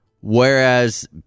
Whereas